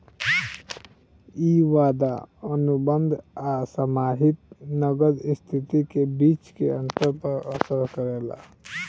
इ वादा अनुबंध आ समाहित नगद स्थिति के बीच के अंतर पर असर करेला